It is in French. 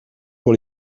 pour